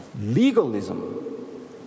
Legalism